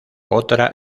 otra